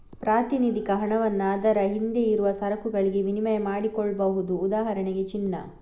ಪ್ರಾತಿನಿಧಿಕ ಹಣವನ್ನ ಅದರ ಹಿಂದೆ ಇರುವ ಸರಕುಗಳಿಗೆ ವಿನಿಮಯ ಮಾಡಿಕೊಳ್ಬಹುದು ಉದಾಹರಣೆಗೆ ಚಿನ್ನ